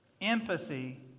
Empathy